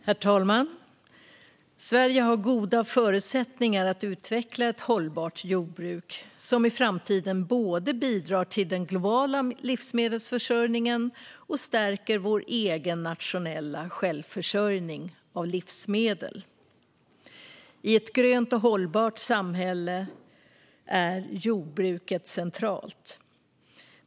Herr talman! Sverige har goda förutsättningar att utveckla ett hållbart jordbruk som i framtiden både bidrar till den globala livsmedelsförsörjningen och stärker vår egen nationella självförsörjning av livsmedel. I ett grönt och hållbart samhälle är jordbruket centralt.